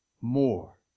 more